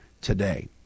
today